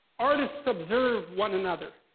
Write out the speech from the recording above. artists observe one another.